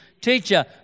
Teacher